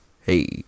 Hey